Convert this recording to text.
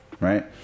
Right